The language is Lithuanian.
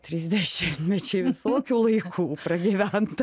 trys dešimtmečiai visokių laikų pragyventa